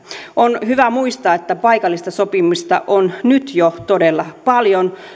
on hyvä muistaa että paikallista sopimista on nyt jo todella paljon